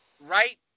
right